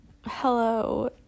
Hello